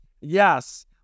Yes